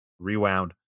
Rewound